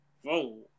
whoa